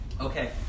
Okay